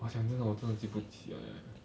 !wah! 讲真的我真的记不起来 leh